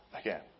again